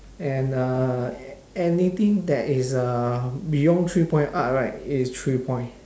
and uh a~ anything that is uh beyond three point arc right is three point